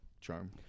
charm